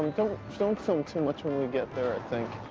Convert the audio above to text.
don't film too much when we get there, i think.